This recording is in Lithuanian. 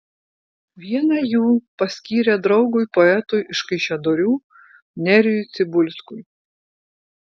vieną jų paskyrė draugui poetui iš kaišiadorių nerijui cibulskui